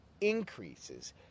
increases